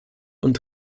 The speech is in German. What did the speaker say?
und